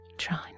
try